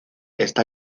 está